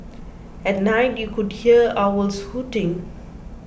at night you could hear owls hooting